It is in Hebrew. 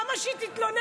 למה שהיא תתלונן?